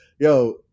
yo